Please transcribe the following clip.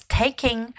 taking